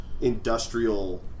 industrial